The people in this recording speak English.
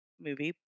movie